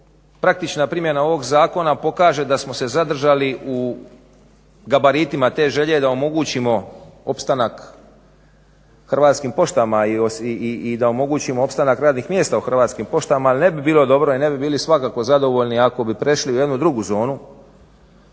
praktična primjena ovog zakona pokaže da smo se zadržali u gabaritima te želje da omogućim opstanak Hrvatskim poštama i da omogućimo opstanak radnih mjesta u Hrvatskim poštama, ali ne bi bilo dobro i ne bi bili svakako zadovoljni ako bi prešle u jednu drugu zonu,